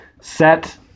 set